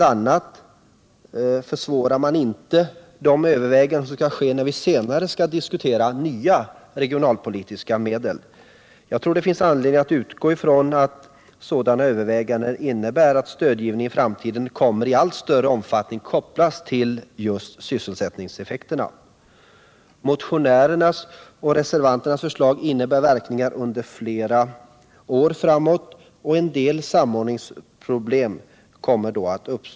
a. försvårar man inte de överväganden som skall göras när vi senare diskuterar nya regionalpolitiska medel. Jag tror att det finns anledning att utgå från att sådana överväganden innebär att stödgivning i framtiden i allt större omfattning kommer att kopplas till just sysselsättningseffekterna. Nr 50 Motionärernas och reservanternas förslag innebär verkningar under fle Onsdagen den ra år framåt, och en del samordningsproblem kommer då att uppstå.